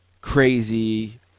crazy